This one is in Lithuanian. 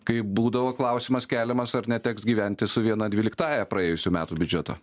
kai būdavo klausimas keliamas ar neteks gyventi su viena dvyliktąja praėjusių metų biudžeto